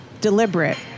deliberate